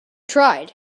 tried